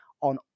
on